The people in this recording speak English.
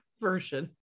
version